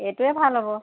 এইটোৱে ভাল হ'ব